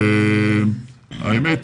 האמת,